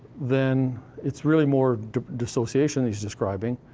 then it's really more dissociation he's describing,